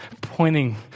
pointing